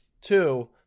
Two